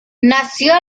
nació